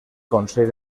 consell